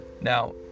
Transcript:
Now